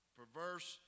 perverse